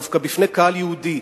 דווקא בפני קהל יהודי,